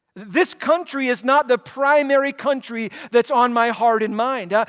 this country is not the primary country that's on my heart and mind. ah